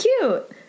cute